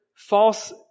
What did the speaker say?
False